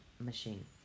machine